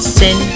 sin